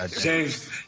James